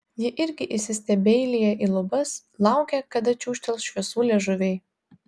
ji irgi įsistebeilija į lubas laukia kada čiūžtels šviesų liežuviai